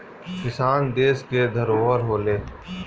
किसान देस के धरोहर होलें